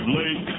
late